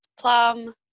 Plum